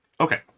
Okay